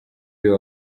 uyu